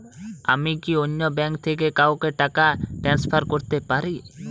আমি কি অন্য ব্যাঙ্ক থেকে কাউকে টাকা ট্রান্সফার করতে পারি?